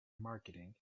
marketing